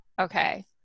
Okay